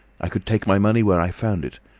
i could take my money where i found it.